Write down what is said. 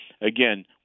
Again